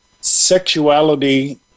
sexuality